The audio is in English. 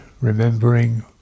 remembering